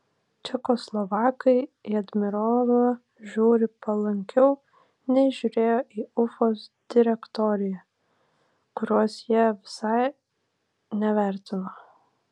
čekoslovakai į admirolą žiūri palankiau nei žiūrėjo į ufos direktoriją kurios jie visai nevertino